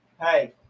hey